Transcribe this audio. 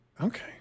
Okay